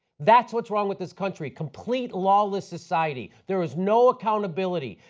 that's what's wrong with this country. complete lawless society. there is no accountability.